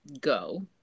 go